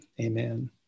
Amen